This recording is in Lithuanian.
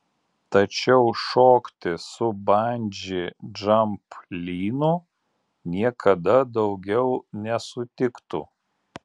tačiau šokti su bandži džamp lynu niekada daugiau nesutiktų